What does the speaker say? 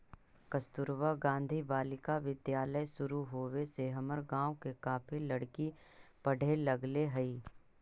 कस्तूरबा गांधी बालिका विद्यालय शुरू होवे से हमर गाँव के काफी लड़की पढ़े लगले हइ